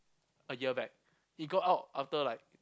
a year back he got out after like